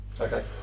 Okay